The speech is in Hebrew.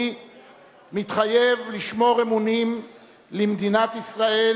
"אני מתחייב לשמור אמונים למדינת ישראל